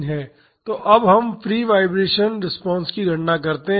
तो अब हम फ्री वाईब्रेशन रिस्पांस की गणना करते हैं